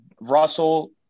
russell